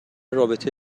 رابطه